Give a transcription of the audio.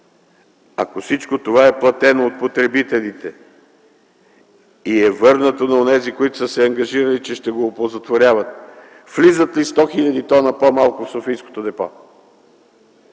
ако всичко това е платено от потребителите и е върнато на онези, които са се ангажирали, че ще го оползотворяват, влизат ли 100 хил. тона по-малко в софийското депо?